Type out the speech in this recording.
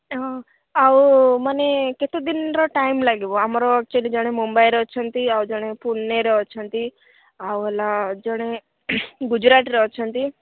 ହଁ ଆଉମାନେ କେତେ ଦିନର ଟାଇମ୍ ଲାଗିବ ଆମର ଆକ୍ଚୁଆଲି ଜଣେ ମୁମ୍ବାଇରେ ଅଛନ୍ତି ଆଉ ଜଣେ ପୁନେରେ ଅଛନ୍ତି ଆଉ ହେଲା ଜଣେ ଗୁଜୁରାଟରେ ଅଛନ୍ତି